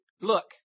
Look